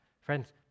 Friends